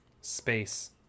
space